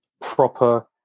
proper